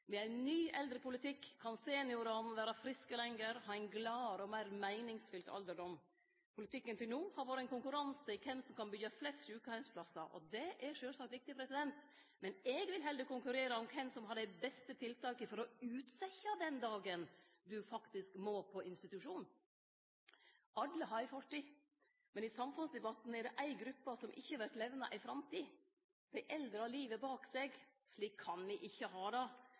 Med ein ny eldrepolitikk kan seniorane vere friske lenger og ha ein gladare og meir meiningsfylt alderdom. Politikken til no har vore ein konkurranse i kven som kan byggje flest sjukeheimsplassar. Det er sjølvsagt viktig, men eg vil heller konkurrere om kven som har dei beste tiltaka for å utsetje den dagen du faktisk må på institusjon. Alle har ei fortid. Men i samfunnsdebatten er det éi gruppe som ikkje vert levna ei framtid. Dei eldre har livet bak seg. Slik kan me ikkje ha det!